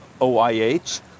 OIH